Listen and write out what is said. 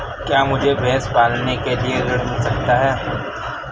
क्या मुझे भैंस पालने के लिए ऋण मिल सकता है?